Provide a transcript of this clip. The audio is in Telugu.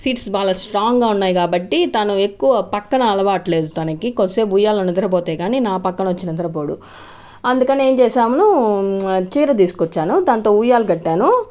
సీట్స్ చాలా స్ట్రాంగ్ గా ఉన్నాయి కాబట్టి తను ఎక్కువ పక్కన అలవాటు లేదు తనకి కొద్దిసేపు ఉయ్యాలలో నిద్రపోతే కానీ నా పక్కన వచ్చి నిద్రపోడు అందుకని ఏం చేసాము చీర తీసుకొచ్చాను దాంతో ఉయ్యాల కట్టాను